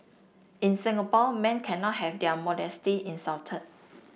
in Singapore men cannot have their modesty insulted